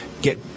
get